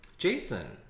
Jason